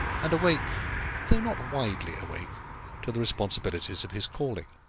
and awake though not widely awake to the responsibilities of his calling.